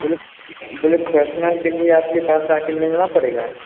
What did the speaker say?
बोले बोले पर्सनल के लिए आपके पास आके मिलना पड़ेगा